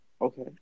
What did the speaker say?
Okay